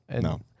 No